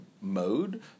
Mode